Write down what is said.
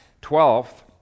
Twelfth